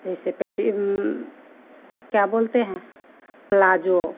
जैसे पेटी क्या बोलते हैं प्लाजो